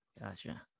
Gotcha